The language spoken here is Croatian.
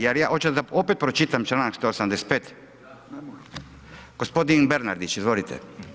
Jer ja, hoćete da opet pročitam članak 185.? ... [[Upadica se ne čuje.]] Gospodin Bernardić, izvolite.